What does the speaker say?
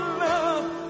love